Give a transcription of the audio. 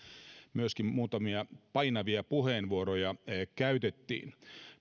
myöskin muutamia painavia puheenvuoroja käytettiin